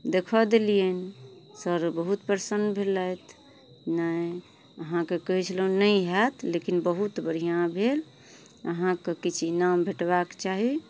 देखऽ देलियनि सर बहुत प्रसन्न भेलथि नहि अहाँके कहय छलहुँ नहि हैत लेकिन बहुत बढ़िआँ भेल अहाँके किछु इनाम भेटबाक चाही